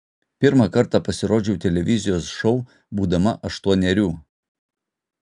pirmą kartą pasirodžiau televizijos šou būdama aštuonerių